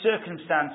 circumstances